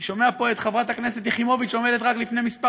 אני שומע פה את חברת הכנסת יחימוביץ עומדת רק לפני כמה